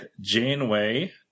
Janeway